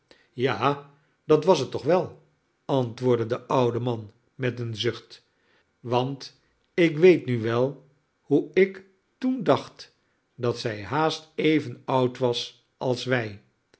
ja dat was het toch wel antwoordde de oude man met een zucht want ik weet nu wel hoe ik toen dacht dat zij haast even oud was als wij